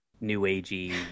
new-agey